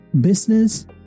business